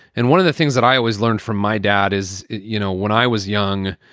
and one of the things that i always learned from my dad is, you know, when i was young,